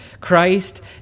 Christ